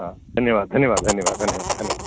धन्यवादः धन्यवादः धन्यवादः धन्यवादः धन्यवादः